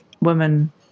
women